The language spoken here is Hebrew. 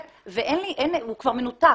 הוא כבר מנותק,